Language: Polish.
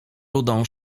rudą